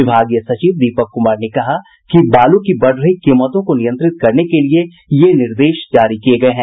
विभागीय सचिव दीपक कुमार ने कहा कि बालू की बढ़ रही कीमतों को नियंत्रित करने के लिए ये निर्देश जारी किये गये हैं